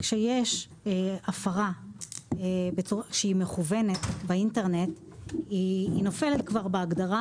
כשיש הפרה שהיא מכוונת באינטרנט היא נופלת כבר בהגדרה